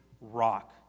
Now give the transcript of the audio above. rock